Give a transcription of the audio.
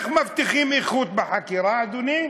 איך מבטיחים איכות בחקירה, אדוני?